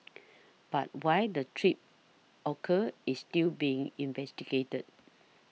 but why the trip occurred is still being investigated